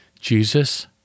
Jesus